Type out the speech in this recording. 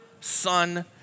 Son